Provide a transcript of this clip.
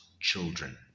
children